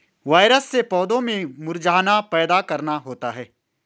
virus से पौधों में मुरझाना पैदा करना होता है